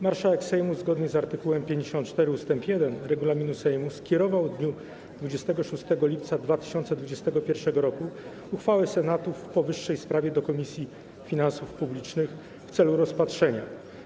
Marszałek Sejmu, zgodnie z art. 54 ust. 1 regulaminu Sejmu, skierowała w dniu 26 lipca 2021 r. uchwałę Senatu w powyższej sprawie do Komisji Finansów Publicznych w celu rozpatrzenia.